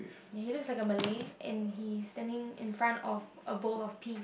ya he looks like a Malay and he is standing in front of a bowl of pea